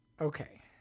Okay